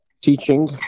teaching